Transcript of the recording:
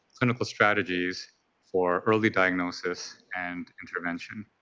clinical strategies for early diagnosis and intervention.